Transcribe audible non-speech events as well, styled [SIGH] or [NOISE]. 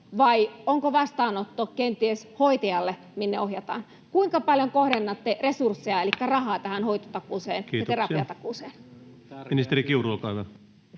vai onko vastaanotto kenties hoitajalle, minne ohjataan? Kuinka paljon kohdennatte resursseja [NOISE] elikkä rahaa tähän hoitotakuuseen ja terapiatakuuseen? Kiitoksia. — Ministeri Kiuru, olkaa